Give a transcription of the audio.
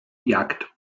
jagd